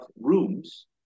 rooms